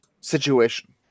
situation